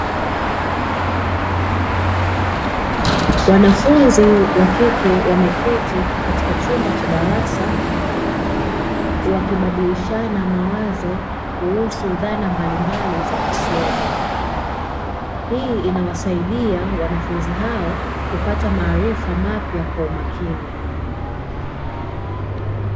Wanafunzi wa kike wameketi katika chumba cha darasa, wakibadilishana mawazo kuhusu dhana mbalimbali za masomo. Hii inawasaidia wanafunzi hao kupata maarifa mapya kwa umakini.